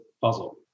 puzzle